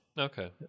Okay